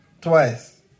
Twice